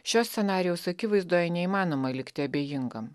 šio scenarijaus akivaizdoje neįmanoma likti abejingam